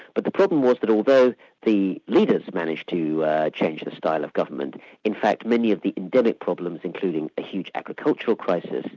but the problem was that although the leaders managed to change the style of government in fact many of the endemic problems, including a huge agricultural crisis,